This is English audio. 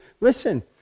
listen